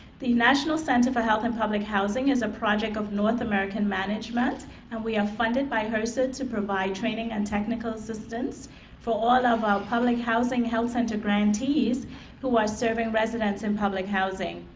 the national center for health and public housing is a project of north american management and we are funding by hrsa to provide training and technical assistance for all of our public housing health center grantees who are serving residents in public housing.